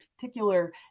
particular